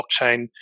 blockchain